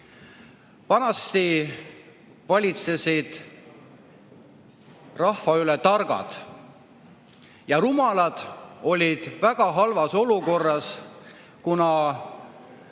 Vanasti valitsesid rahva üle targad ja rumalad olid väga halvas olukorras, kuna